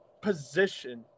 position